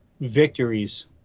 victories